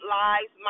lives